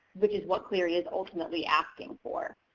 which is what clery is ultimately asking for.